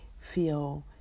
feel